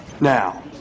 Now